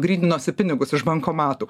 gryninosi pinigus iš bankomatų